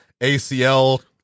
ACL